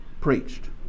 preached